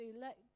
let